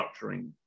structuring